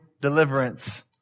deliverance